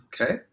Okay